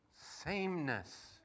sameness